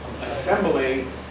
assembling